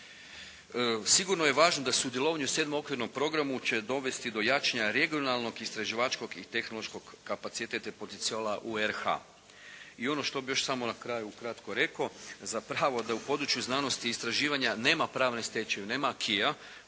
Sigurno je važno da sudjelovanje u Sedmom okvirnom programu će dovesti do jačanja regionalnog, istraživačkog i tehnološkog kapaciteta i potencijala u RH-a. I ono što bih još samo na kraju ukratko rekao zapravo da u području znanosti i istraživanja nema pravne stečevine,